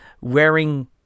wearing